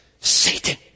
Satan